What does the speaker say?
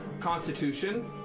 constitution